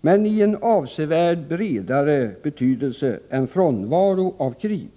men i en avsevärt vidare betydelse än frånvaro av krig.